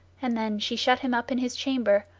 and then she shut him up in his chamber,